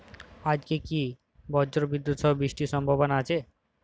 আজকে কি ব্রর্জবিদুৎ সহ বৃষ্টির সম্ভাবনা আছে?